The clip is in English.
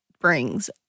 brings